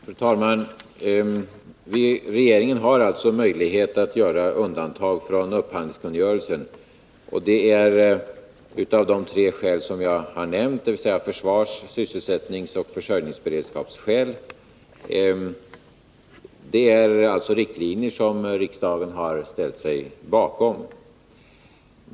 Fru talman! Regeringen har alltså möjlighet att göra undantag från upphandlingskungörelsen av de tre skäl som jag har nämnt, dvs. försvars-, sysselsättningsoch försörjningsberedskapsskäl. Detta är riktlinjer som riksdagen har ställt sig bakom.